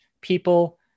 people